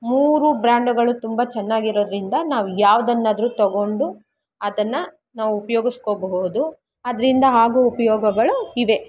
ಮೂರೂ ಬ್ರ್ಯಾಂಡುಗಳು ತುಂಬ ಚೆನ್ನಾಗಿರೋದರಿಂದ ನಾವು ಯಾವ್ದನ್ನಾದ್ರೂ ತಗೊಂಡು ಅದನ್ನು ನಾವು ಉಪಯೋಗಸ್ಕೊಬಹುದು ಅದರಿಂದ ಆಗೋ ಉಪಯೋಗಗಳು ಇವೆ